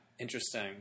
Interesting